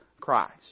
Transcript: Christ